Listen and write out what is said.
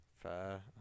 Fair